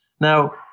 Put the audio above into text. Now